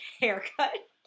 Haircut